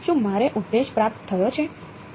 શું મારો ઉદ્દેશ પ્રાપ્ત થયો છે